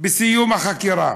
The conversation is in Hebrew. בסיום החקירה.